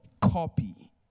copy